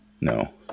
No